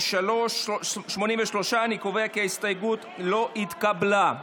83. אני קובע כי ההסתייגות לא התקבלה.